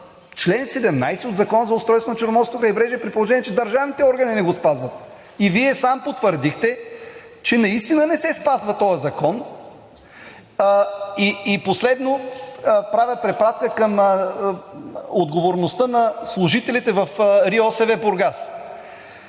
чл. 17 от Закона за устройството на Черноморското крайбрежие, при положение че държавните органи не го спазват? Вие сам потвърдихте, че наистина не се спазва този закон. Последно, правя препратка към отговорността на служителите в РИОСВ – Бургас.